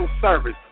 service